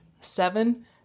seven